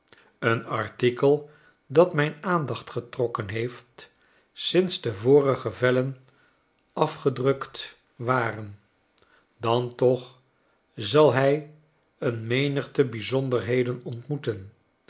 een artikel dat mijn aandacht getrokken heeft sinds de vorige vellen af gedrukt waren dan toch zal hij een menigte bijzonderheden ontmoeten